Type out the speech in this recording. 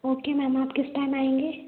okay ma'am आप किस time आएँगे